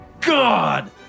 God